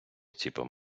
ціпом